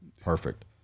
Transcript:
perfect